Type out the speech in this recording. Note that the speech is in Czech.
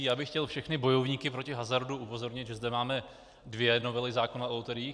Já bych chtěl všechny bojovníky proti hazardu upozornit, že zde máme dvě novely zákona o loteriích.